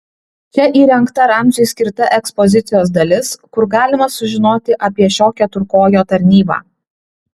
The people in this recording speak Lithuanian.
čia įrengta ramziui skirta ekspozicijos dalis kur galima sužinoti apie šio keturkojo tarnybą